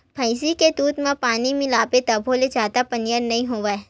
भइसी के दूद म पानी मिलाबे तभो ले जादा पनियर नइ होवय